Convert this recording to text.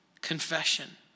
Confession